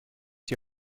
die